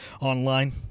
online